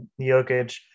Jokic